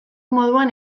moduan